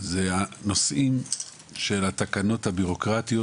זה הנושאים של התקנות הבירוקרטיות